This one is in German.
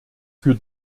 für